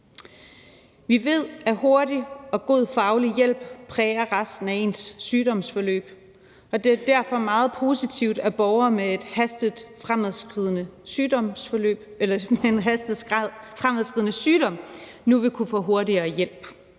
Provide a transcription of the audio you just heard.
Vi ved, at hurtig og god faglig hjælp præger resten af ens sygdomsforløb, og det er derfor meget positivt, at borgere med en hastigt fremadskridende sygdom nu vil kunne få hurtigere hjælp.